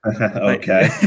Okay